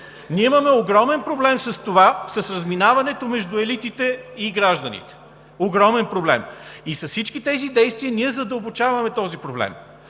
Ние имаме огромен проблем с разминаването между елитите и гражданите, огромен проблем. И с всички тези действия ние задълбочаваме този проблем.